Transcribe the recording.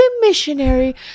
missionary